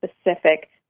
specific